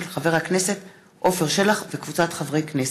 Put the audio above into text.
של חבר הכנסת עפר שלח וקבוצת חברי הכנסת.